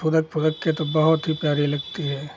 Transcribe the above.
फुदक फुदक कर तो बहुत ही प्यारी लगती है